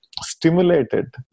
stimulated